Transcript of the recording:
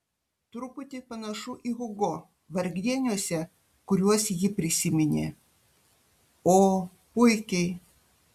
truputį panašų į hugo vargdieniuose kuriuos ji prisiminė o puikiai